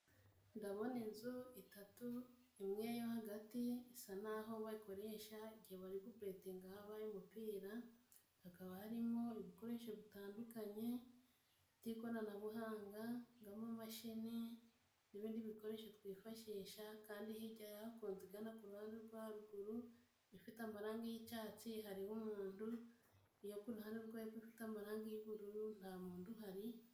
Ndabona inzu itatu imwe yo hagati isa n'aho bayikoresha igihe bari kubetinga habaye umupira. hakaba harimo ibikoresho bitandukanye by'ikoranabuhanga, harimo amamashini n'ibindi bikoresho twifashisha. kandi hirya yaho ku nzu igana kuhande rwo haruguru, ifite amarangi y'icyatsi, hariho umundu. Iyo kuruhande rwo hepfo ifite amarangi y'ubururu nta mundu uhari.